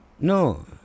No